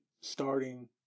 starting